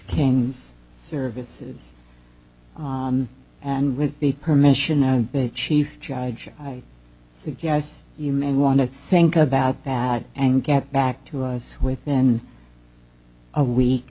king's services and with the permission of the chief judge i guess you may want to think about that and get back to us within a week